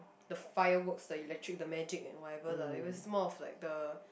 the fireworks the electric the magic and whatever lah it was more of like the